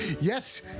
Yes